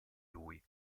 lui